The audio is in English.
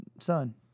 son